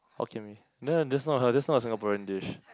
Hokkien-Mee no no that's not a that's not a Singaporean dish